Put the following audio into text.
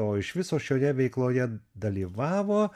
o iš viso šioje veikloje dalyvavo